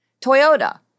Toyota